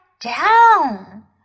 down